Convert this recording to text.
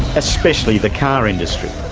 especially the car industry.